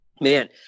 Man